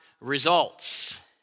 results